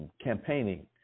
campaigning